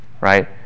Right